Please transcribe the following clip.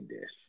dish